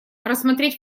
рассмотреть